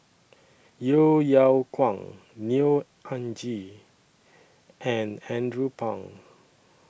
Yeo Yeow Kwang Neo Anngee and Andrew Phang